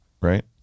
right